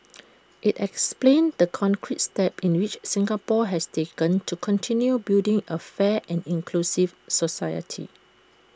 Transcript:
IT explains the concrete steps in which Singapore has taken to continue building A fair and inclusive society